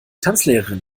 tanzlehrerin